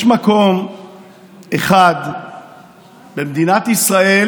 יש מקום אחד במדינת ישראל